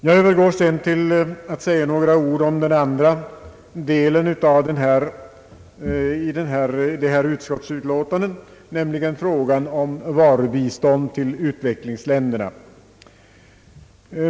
Jag övergår sedan till att säga några ord om den andra delen i detta utskottsutlåtande, nämligen frågan om varubistånd till utvecklingsländerna.